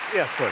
yes, like